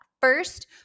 First